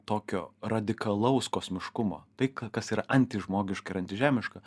tokio radikalaus kosmiškumo tai ka kas yra antižmogiška ir antižemiška